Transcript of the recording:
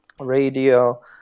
Radio